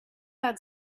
add